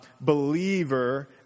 believer